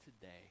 today